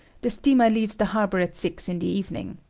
the steamer leaves the harbor at six in the evening.